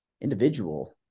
individual